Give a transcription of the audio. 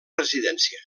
residència